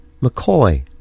McCoy